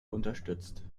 unterstützt